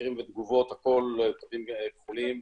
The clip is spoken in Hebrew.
מקרים ותגובות הכל לפי התווים הכחולים.